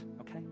Okay